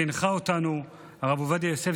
והנחה אותנו הרב עובדיה יוסף,